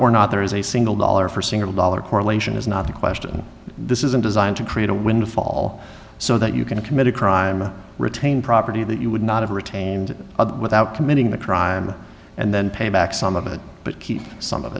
or not there is a single dollar for single dollar correlation is not the question this isn't designed to create a windfall so that you can commit a crime and retain property that you would not have retained without committing the crime and then pay back some of it but keep some of